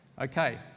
Okay